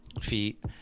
feet